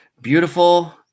beautiful